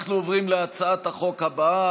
אנחנו עוברים להצעת החוק הבאה,